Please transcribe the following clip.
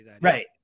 Right